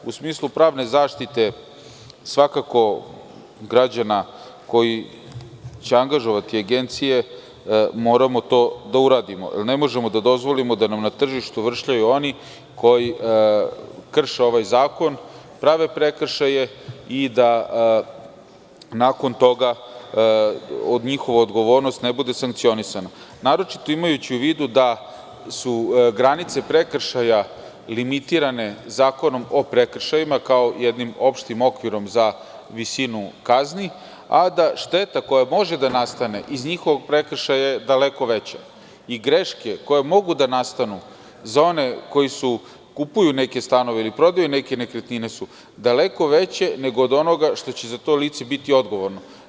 U smislu pravne zaštite građana koji će angažovati agencije moramo to da uradimo, jer ne možemo da dozvolimo da nam na tržištu vršljaju oni koji krše ovaj zakon, prave prekršaje i da nakon toga njihova odgovornost ne bude sankcionisana, naročito imajući u vidu da su granice prekršaja limitirane Zakonom o prekršajima, kao jednim opštim okvirom za visinu kazni, a da šteta koja može da nastane iz njihovog prekršaja je daleko veća i greške koje mogu da nastanu, za one koji kupuju neke stanove ili prodaju neke nekretnine, su daleko veće od onoga što će za to lice biti odgovorno.